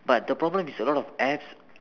but the problem is a lot of apps